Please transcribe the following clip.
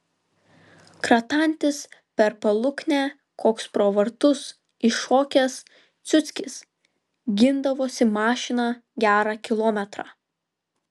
kratantis per paluknę koks pro vartus iššokęs ciuckis gindavosi mašiną gerą kilometrą